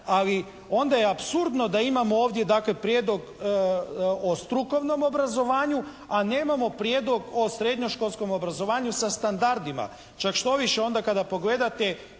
ali onda je apsurdno da imamo ovdje dakle prijedlog o strukovnom obrazovanju, a nemamo prijedlog o srednjoškolskom obrazovanju sa standardima. Čak što više, onda kada pogledate